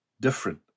different